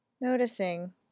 noticing